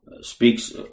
speaks